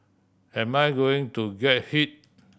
am I going to get hit